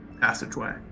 passageway